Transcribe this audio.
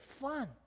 fun